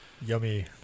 Yummy